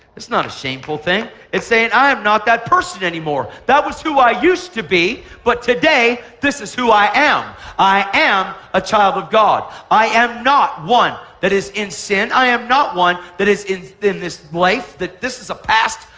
not a shameful thing. it's saying i am not that person anymore. that was who i used to be, but today this is who i am. i am a child of god. i am not one that is in sin. i am not one that is in this life, that this is a past.